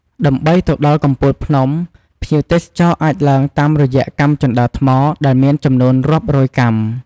ដើម្បីទៅដល់កំពូលភ្នំ ភ្ញៀវទេសចរអាចឡើងតាមរយៈកាំជណ្ដើរថ្មដែលមានចំនួនរាប់រយកាំ។